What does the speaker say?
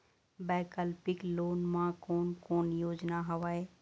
वैकल्पिक लोन मा कोन कोन योजना हवए?